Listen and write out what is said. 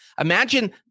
imagine